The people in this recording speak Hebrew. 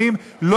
אני לא אוסיף לך.